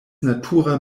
natura